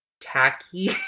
tacky